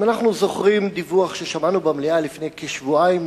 אם אנחנו זוכרים דיווח ששמענו במליאה לפני כשבועיים,